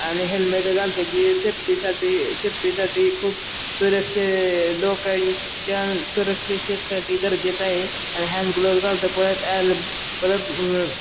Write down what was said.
आणि हेल्मेट घालतो की सेफ्टीसाठी सेफ्टीसाठी खूप सुरक्षा डोक्याच्या सुरक्षिततेसाठी गरजेचं आहे आणि हॅँडग्लोव घालतो परत ॲ परत